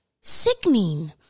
Sickening